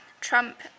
Trump